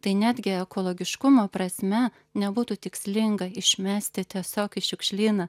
tai netgi ekologiškumo prasme nebūtų tikslinga išmesti tiesiog į šiukšlyną